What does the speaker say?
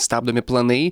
stabdomi planai